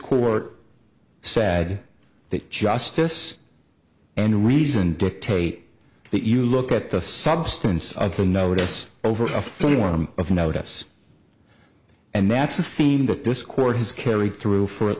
court said that justice and reason dictate that you look at the substance of the notice over a form of notice and that's a theme that this court has carried through for at